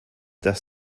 dass